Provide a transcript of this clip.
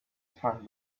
find